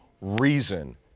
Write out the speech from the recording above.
reason